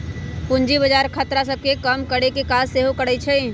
पूजी बजार खतरा सभ के कम करेकेँ काज सेहो करइ छइ